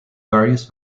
various